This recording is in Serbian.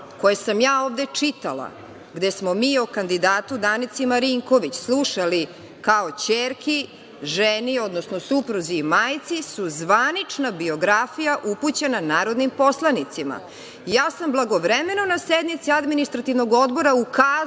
koje sam ja ovde čitala, gde smo mi o kandidatu Danici Marinković slušali kao ćerki, ženi, odnosno supruzi i majci, su zvanična biografija upućena narodnim poslanicima. Ja sam blagovremeno na sednici Administrativnog odbora ukazala,